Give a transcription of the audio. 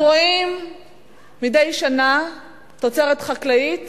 מדי שנה אנחנו רואים תוצרת חקלאית